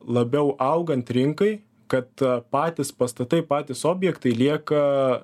labiau augant rinkai kad patys pastatai patys objektai lieka